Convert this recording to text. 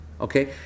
Okay